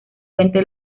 cuente